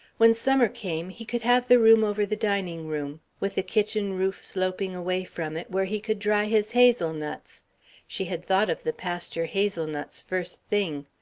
when summer came he could have the room over the dining room, with the kitchen roof sloping away from it where he could dry his hazelnuts she had thought of the pasture hazelnuts, first thing.